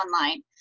online